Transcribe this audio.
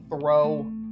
throw